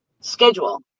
schedule